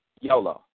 YOLO